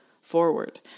forward